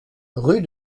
rue